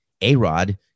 A-Rod